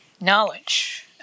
knowledge